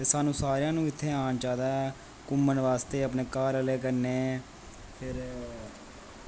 ते सानूं सारेआं नू इत्थें आना चाहिदा ऐ घूमन बास्तै अपने घर आह्लें कन्नै फिर